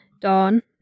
Dawn